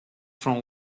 from